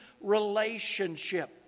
relationship